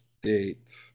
Date